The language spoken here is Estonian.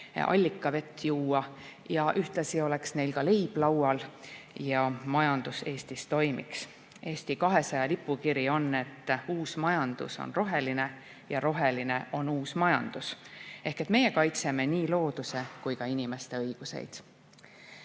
allikavett juua, et ühtlasi oleks neil leib laual ja majandus Eestis toimiks. Eesti 200 lipukiri on, et uus majandus on roheline ja roheline on uus majandus. Ehk meie kaitseme nii looduse kui ka inimeste õigusi.